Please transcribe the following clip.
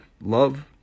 love